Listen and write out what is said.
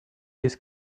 this